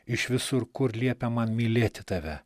iš visur kur liepia man mylėti tave